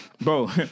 bro